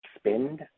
spend